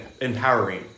empowering